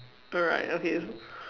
alright okay